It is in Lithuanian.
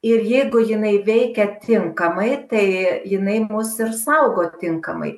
ir jeigu jinai veikia tinkamai tai jinai mus ir saugo tinkamai